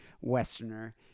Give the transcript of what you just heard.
Westerner